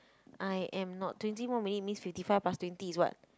I am not twenty more minute means fifty five plus twenty is what